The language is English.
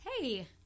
Hey